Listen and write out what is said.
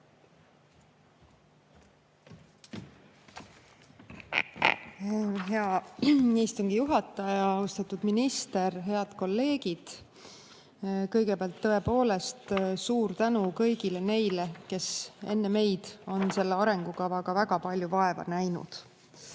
Hea istungi juhataja! Austatud minister! Head kolleegid! Kõigepealt, tõepoolest suur tänu kõigile neile, kes enne meid on selle arengukavaga väga palju vaeva näinud.